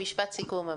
משפט סיכום.